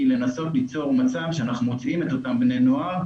לנסות ליצור מצב שאנחנו מוצאים את אותם בני נוער.